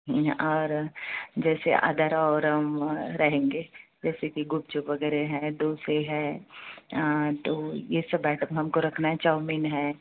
और जैसे अदर और रहेंगे जैसे कि गुपचुप वगैरह है डोसे है तो ये सब आइटम हम को रखना है चाउमीन है